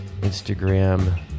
Instagram